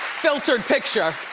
filtered picture.